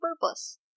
purpose